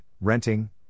renting